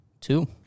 Two